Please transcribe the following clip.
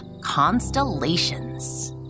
constellations